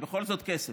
זה בכל זאת כסף,